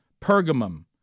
Pergamum